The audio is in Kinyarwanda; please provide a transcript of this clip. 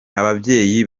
ababyeyi